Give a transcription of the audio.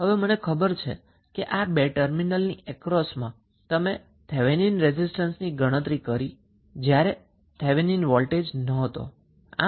હવે તમને ખબર છે કે આ બે ટર્મિનલની અક્રોસમાં આપણે થેવેનિન રેઝિસ્ટન્સની ગણતરી કરી જ્યારે ત્યાં થેવેનિન વોલ્ટેજ ન હતો